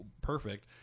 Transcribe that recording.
perfect